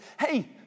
Hey